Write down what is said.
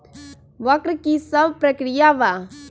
वक्र कि शव प्रकिया वा?